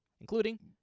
including